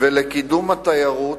ולקידום התיירות,